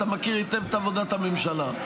אתה מכיר היטב את עבודת הממשלה.